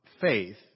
faith